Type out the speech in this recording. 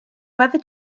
weather